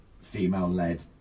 female-led